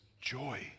joy